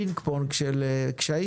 פינג פונג של קשיים.